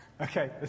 Okay